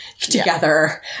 together